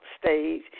stage